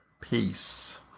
Peace